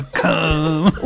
come